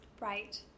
right